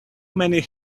many